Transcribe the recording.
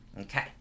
Okay